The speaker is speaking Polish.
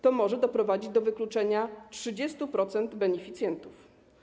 To może doprowadzić do wykluczenia 30% beneficjentów.